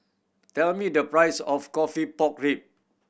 tell me the price of coffee pork rib